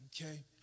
okay